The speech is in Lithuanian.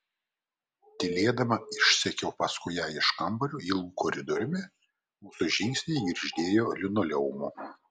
tylėdama išsekiau paskui ją iš kambario ilgu koridoriumi mūsų žingsniai girgždėjo linoleumu